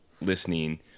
listening